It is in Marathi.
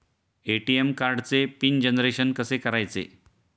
ए.टी.एम कार्डचे पिन जनरेशन कसे करायचे?